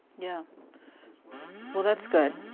yeah as well as your well, that's good.